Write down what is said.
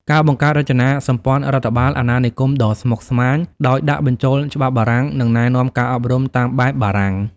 ការបង្កើតរចនាសម្ព័ន្ធរដ្ឋបាលអាណានិគមដ៏ស្មុគស្មាញ ដោយដាក់បញ្ចូលច្បាប់បារាំង និងណែនាំការអប់រំតាមបែបបារាំង។